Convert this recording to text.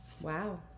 Wow